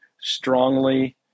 strongly